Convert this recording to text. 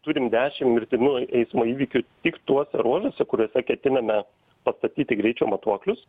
turim dešim mirtinų e eismo įvykių tik tuose ruožuose kuriuose ketiname pastatyti greičio matuoklius